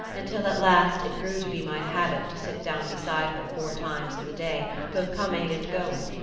until at last it grew to be my habit to sit down beside her four times in the day, both coming and going,